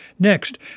Next